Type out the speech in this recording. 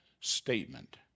statement